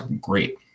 great